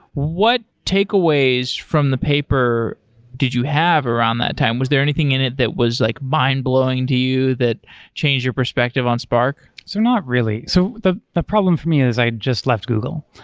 what takeaways from the paper did you have around that time? was there anything in it that was like mind-blowing to you that changed your perspective on spark? so not really. so the the problem for me is i just left google.